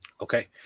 okay